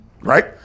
right